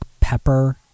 pepper